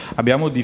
abbiamo